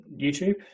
YouTube